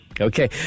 Okay